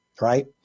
right